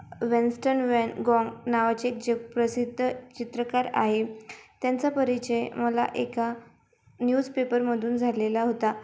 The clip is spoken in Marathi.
वेन्स्टन वेन गॉन्ग नावाचे एक जगप्रसिद्ध चित्रकार आहे त्यांचा परिचय मला एका न्यूजपेपरमधून झालेला होता